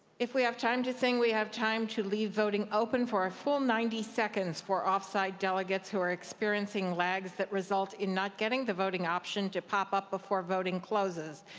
if we have time to sing, we have time to leave voting open for a full ninety seconds for off-site delegates who are experiencing lags that result in not getting the voting option to pop up before voting closes.